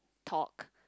talk